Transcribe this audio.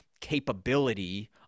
capability